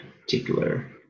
particular